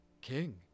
king